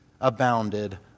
abounded